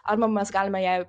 arba mes galime jai